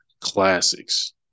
classics